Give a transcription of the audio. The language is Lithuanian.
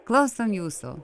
klausom jūsų